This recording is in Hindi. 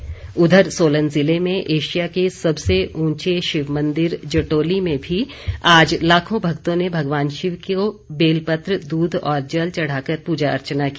सोलन शिवरात्रि उधर सोलन जिले में एशिया के सबसे ऊंचे शिव मंदिर जटोली में भी आज लाखों भक्तों ने भगवान शिव की बेल पत्र दूध और जल चढ़ाकर पूजा अर्चना की